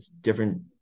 different